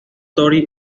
tori